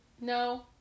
No